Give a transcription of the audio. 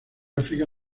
áfrica